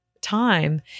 time